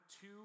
two